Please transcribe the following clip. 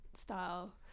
style